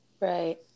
Right